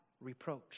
reproach